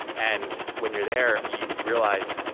and when you're there, you realize,